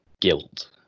guilt